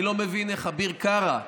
אני לא מבין איך אביר קארה,